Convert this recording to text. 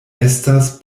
estas